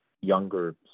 younger